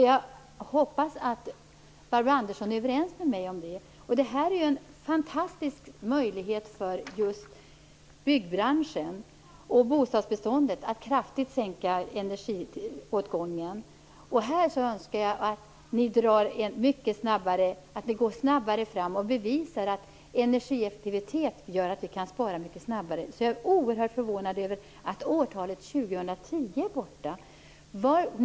Jag hoppas att Barbro Andersson är överens med mig om det. Det här är ju en fantastisk möjlighet för just byggbranschen och bostadsbeståndet att kraftigt sänka energiåtgången. Här önskar jag att ni går mycket snabbare fram och bevisar att energieffektivitet gör att vi kan spara mycket snabbare. Jag är oerhört förvånad över att årtalet 2010 är borta.